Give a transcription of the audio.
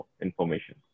information